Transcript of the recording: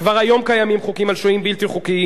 כבר היום קיימים חוקים על שוהים בלתי חוקיים.